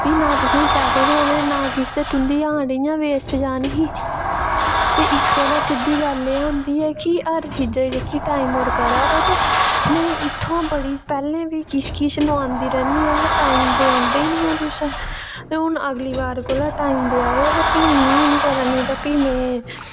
ते भी ना तुसें गी पैसे थ्होने हे ते ना किश तुंदी हांड इ'यां वेस्ट जानी ही इस आस्तै एह् गल्ल होंदी ऐ कि हर गल्ल टाइम पर करै करो ते में इत्थूं बड़ी पैह्लें बी बड़ा किश किश नुहांदी रौह्न्नी आं ते मतलब टाइम दे औंदे निं ओ तुस ते हून अगली बार दा टाइम दे आएओ भी ते मिगी निं पता ते में